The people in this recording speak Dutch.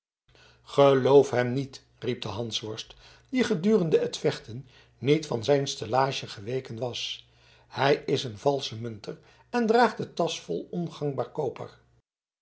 geloof hem niet riep de hansworst die gedurende het vechten niet van zijn stellage geweken was hij is een valsche munter en draagt de tasch vol ongangbaar koper